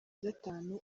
gatanu